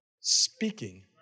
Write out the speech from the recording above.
speaking